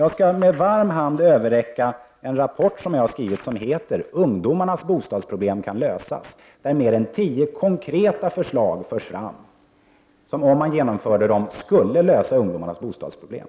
Jag skall med varm hand överräcka en rapport som jag skrivit och som heter Ungdomars bostadsproblem kan lösas. I den förs mer än tio konkreta förslag fram som, om man genomförde dem, skulle lösa ungdomarnas bostadsproblem.